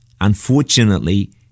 unfortunately